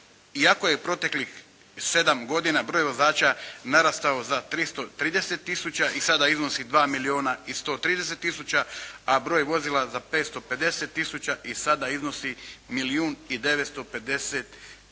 Iako je proteklih sedam godina broj vozača narastao za 330 tisuća i sada iznosi 2 milijuna i 130 tisuća a broj vozila za 550 tisuća i sada iznosi milijun i 950 tisuća.